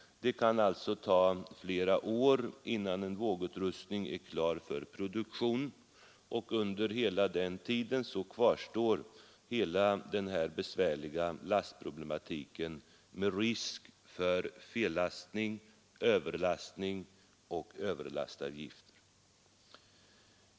Det kan alltså ta flera år innan en vågutrustning är klar för produktion, och under den tiden kvarstår hela den besvärliga lastproblematiken med risk för fellastning, överlastning och överlastavgift.